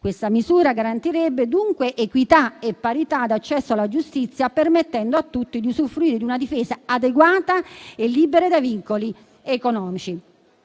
Questa misura garantirebbe dunque equità e parità di accesso alla giustizia, permettendo a tutti di usufruire di una difesa adeguata e libera da vincoli economici.